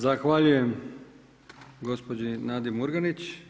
Zahvaljujem gospođi Nadi Murganić.